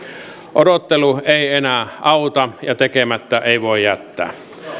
odottelu ei enää auta ja tekemättä ei voi jättää